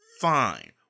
Fine